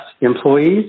employees